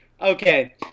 Okay